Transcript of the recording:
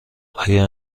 آیا